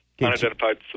unidentified